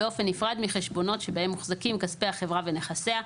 באופן נפרד מחשבונות שבהם מוחזקים כספי החברה ונכסיה,